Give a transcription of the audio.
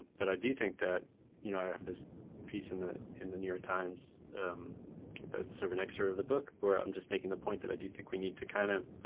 but i do think that you know i have this piece in the in the new york times that's sort of an excerpt of the book, where i'm just making the point that i do think we need to kind of